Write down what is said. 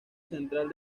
central